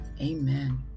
amen